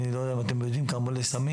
אני לא יודע אם אתם יודעים כמה עולים סמים,